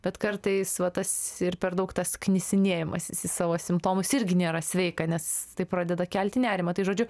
bet kartais va tas ir per daug tas knisinėjimasis į savo simptomus irgi nėra sveika nes tai pradeda kelti nerimą tai žodžiu